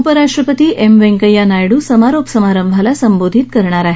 उपराष्ट्रपती एम व्यंकय्या नायडू समारोप समारंभाला संबोधित करणार आहेत